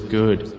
good